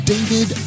David